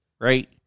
right